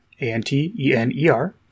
A-N-T-E-N-E-R